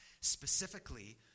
specifically